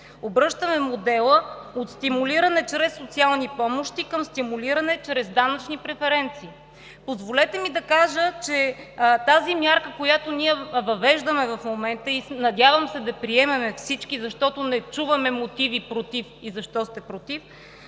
Обръщаме модела от стимулиране чрез социални помощи към стимулиране чрез данъчни преференции. Позволете ми да кажа, че тази мярка, която ние въвеждаме в момента и надявам се да приемем всички, защото не чуваме мотиви „против“ и защо сте „против“,